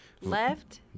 Left